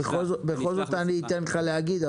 בכל זאת אני אתן לך להגיד,